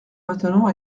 maintenant